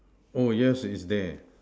oh yes it's there